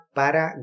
para